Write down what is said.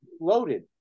loaded